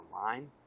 online